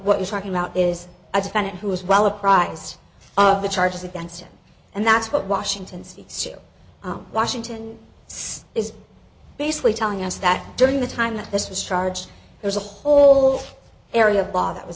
what you're talking about is a defendant who is well apprised of the charges against him and that's what washington state washington state is basically telling us that during the time that this was charged there's a whole area of law that was